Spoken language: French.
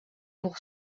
pour